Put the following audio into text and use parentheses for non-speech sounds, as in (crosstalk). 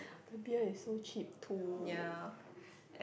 the beer is so cheap too (breath)